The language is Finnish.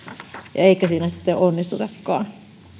eikä siinä sitten onnistutakaan